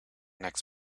next